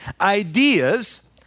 ideas